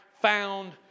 found